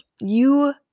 you-